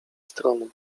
strony